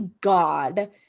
God